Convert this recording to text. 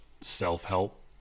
self-help